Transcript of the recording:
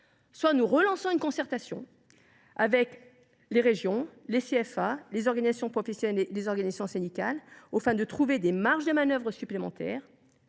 ensuite, la relance d’une concertation entre les régions, les CFA, les organisations professionnelles et les organisations syndicales, aux fins de trouver des marges de manœuvre supplémentaires